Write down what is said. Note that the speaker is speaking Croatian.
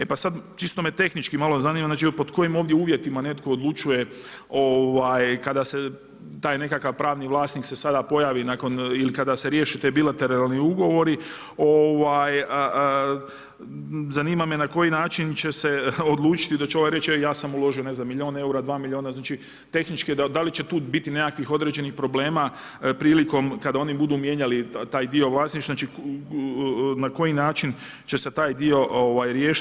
E pa sad, čisto me tehnički malo zanima, znači pod kojim ovdje uvjetima netko odlučuje kada se taj nekakav pravni vlasnik se sada pojavi nakon ili kada se riješe te bilateralni ugovori, zanima me na koji način će se odlučiti da će ovaj reći, e, ja sam uložio milion eura, ne znam, dva miliona, znači tehnički da li će tu biti nekakvih određenih problema prilikom kad oni budu mijenjali taj dio vlasništva, znači na koji način će se taj dio riješiti.